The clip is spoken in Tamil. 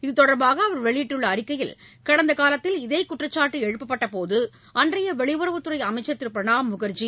இத்தொடர்பாக அவர் வெளியிட்டுள்ள அறிக்கையில் கடந்த காலத்தில் இதே குற்றச்சாட்டு எழுப்பப்பட்டபோது அன்றைய வெளியுறவுத்துறை அமைச்சர் திரு பிரணாப் முகர்ஜி